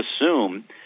assume